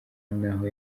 n’aho